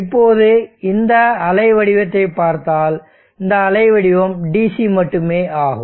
இப்போது இந்த அலை வடிவத்தைப் பார்த்தால் இந்த அலை வடிவம் DC மட்டுமே ஆகும்